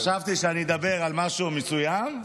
חשבתי שאני אדבר על משהו מסוים,